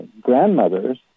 grandmothers